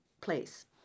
place